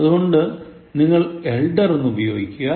അതുകൊണ്ട് നിങ്ങൾ elder എന്നുപയോഗിക്കുക